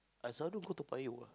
I sudden could buy you want